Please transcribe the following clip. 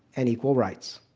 and equal rights.